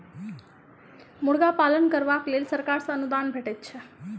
मुर्गा पालन करबाक लेल सरकार सॅ अनुदान भेटैत छै